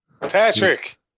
Patrick